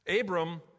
Abram